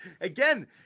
Again